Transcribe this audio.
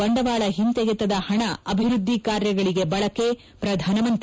ಬಂಡವಾಳ ಹಿಂತೆಗೆತದ ಹಣ ಅಭಿವೃದ್ದಿ ಕಾರ್ಯಗಳಿಗೆ ಬಳಕೆ ಪ್ರಧಾನಮಂತ್ರಿ